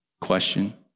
question